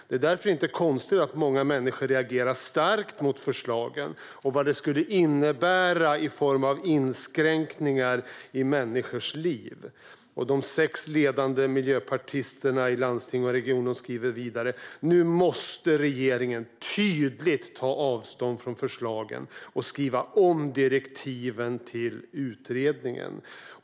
Det är därför inte konstigt att många reagerar starkt mot förslagen och vad de skulle innebära i form av inskränkningar i människors liv." De sex ledande miljöpartisterna i landsting och regioner skriver vidare att "nu måste regeringen tydligt ta avstånd från förslagen och skriva om direktiven till utredningen".